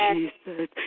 Jesus